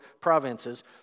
provinces